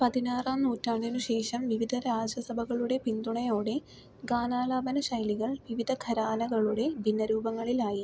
പതിനാറാം നൂറ്റാണ്ടിനുശേഷം വിവിധ രാജ്യസഭകളുടെ പിന്തുണയോടെ ഗാനാലാപന ശൈലികൾ വിവിധ ഘരാനകളുടെ ഭിന്നരൂപങ്ങളിലായി